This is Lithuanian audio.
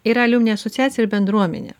yra aliumni asociacija ir bendruomenė